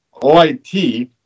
OIT